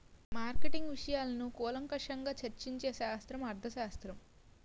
marketing విషయాలను కూలంకషంగా చర్చించే శాస్త్రం అర్థశాస్త్రం